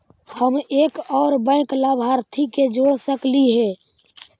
हम एक और बैंक लाभार्थी के जोड़ सकली हे?